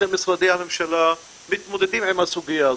משרדי הממשלה מתמודדים עם הסוגיה הזאת.